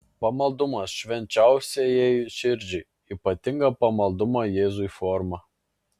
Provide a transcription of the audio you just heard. pamaldumas švenčiausiajai širdžiai ypatinga pamaldumo jėzui forma